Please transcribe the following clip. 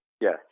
Yes